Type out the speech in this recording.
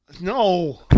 No